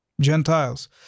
Gentiles